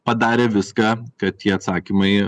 padarė viską kad tie atsakymai